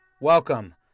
Welcome